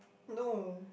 no